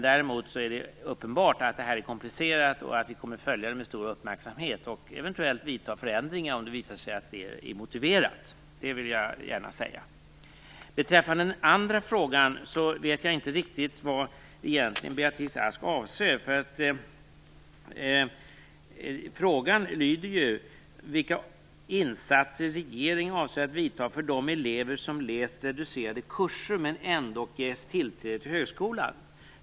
Däremot är det uppenbart att frågan är komplicerad och att vi kommer att följa den med stor uppmärksamhet, och eventuellt vidta förändringar om det visar sig att det är motiverat. Det vill jag gärna säga. Beträffande den andra frågan vet jag egentligen inte riktigt vad Beatrice Ask avser. Frågan lyder vilka insatser regeringen avser att vidta för de elever som läst reducerade kurser, men ändock ges tillträde till högskolan.